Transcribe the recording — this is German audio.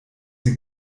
sie